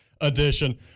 edition